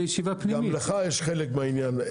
גם לך יש חלק בעניין.